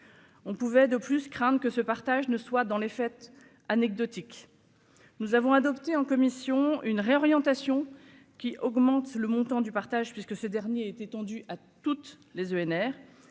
on pouvait de plus crainte que ce partage ne soit dans les fêtes anecdotique, nous avons adopté en commission une réorientation qui augmente le montant du partage, puisque ce dernier est étendue à toutes les ENR